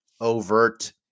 overt